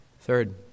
Third